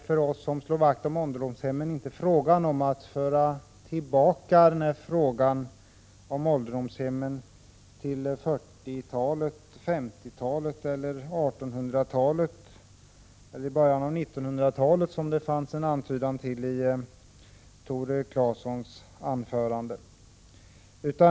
För oss som slår vakt om ålderdomshemmen gäller det inte att föra tillbaka frågan om ålderdomshem till 40-talet, 50-talet, 1800-talet eller början av 1900-talet, som det fanns en antydan om i Tore Claesons anförande.